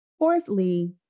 Fourthly